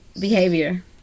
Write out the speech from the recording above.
behavior